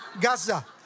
Gaza